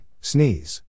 Sneeze